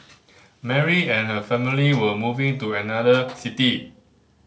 Mary and her family were moving to another city